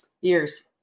years